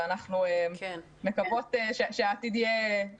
אנחנו מקוות שהעתיד יהיה טוב יותר.